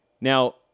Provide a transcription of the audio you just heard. Now